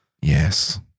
Yes